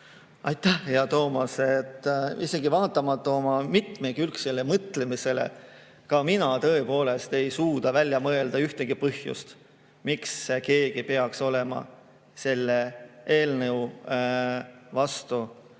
Aitäh, hea Toomas! Isegi vaatamata oma mitmekülgsele mõtlemisele ka mina tõepoolest ei suuda välja mõelda ühtegi põhjust, miks keegi peaks olema selle eelnõu vastu,